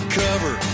cover